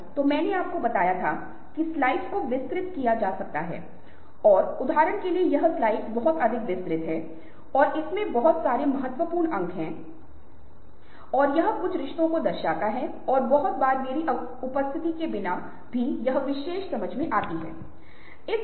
और इसलिए आप देखते हैं कि समूह गठन के लिए ट्वीट्स का उपयोग सामूहिक कार्रवाई के लिए बड़े पैमाने पर बहुत महत्वपूर्ण तरीके से प्रेरित करने के लिए किया गया था